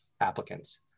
applicants